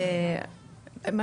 או תלונות קשות.